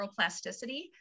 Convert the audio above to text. neuroplasticity